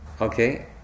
Okay